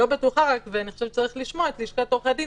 אבל צריך לשמוע את לשכת עורכי הדין,